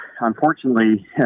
Unfortunately